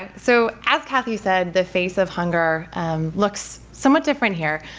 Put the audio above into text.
ah so as kathy said, the face of hunger looks somewhat different here.